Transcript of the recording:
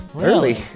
early